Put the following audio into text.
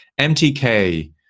MTK